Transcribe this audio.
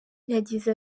yagize